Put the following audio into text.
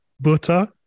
butter